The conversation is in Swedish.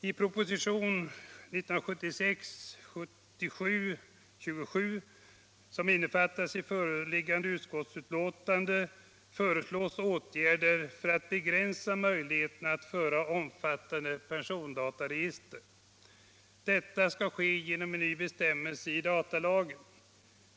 I propositionen 1976/77:27 som innefattas i föreliggande utskottsbetänkande föreslås åtgärder för att begränsa möjligheterna att föra omfattande persondataregister. Detta skall ske genom en ny bestämmelse i datalagen.